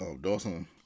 Dawson